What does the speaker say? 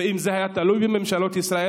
ואם זה היה תלוי בממשלות ישראל,